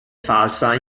falsa